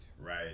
right